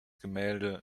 gemälde